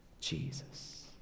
Jesus